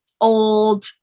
old